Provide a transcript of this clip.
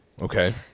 Okay